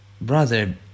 brother